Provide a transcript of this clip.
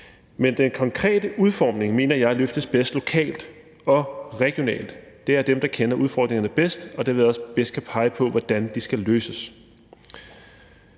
Men den konkrete udformning mener jeg løftes bedst lokalt og regionalt. Det er der, man kender udfordringerne bedst og dermed også bedst kan pege på, hvordan de skal løses.